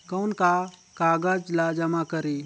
कौन का कागज ला जमा करी?